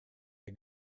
der